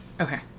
Okay